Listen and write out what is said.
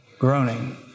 groaning